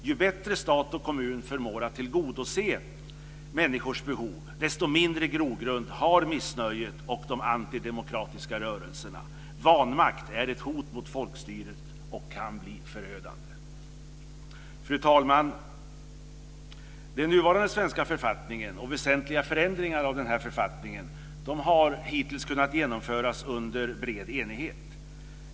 Ju bättre stat och kommun förmår att tillgodose människors behov, desto mindre grogrund har missnöjet och de antidemokratiska rörelserna. Vanmakt är ett hot mot folkstyret och kan bli förödande. Fru talman! Den nuvarande svenska författningen och väsentliga förändringar av den har hittills kunnat genomföras under bred enighet.